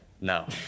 no